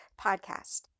Podcast